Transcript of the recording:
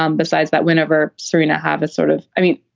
um besides that, whenever serena habbit sort of i mean,